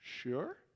Sure